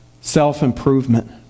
self-improvement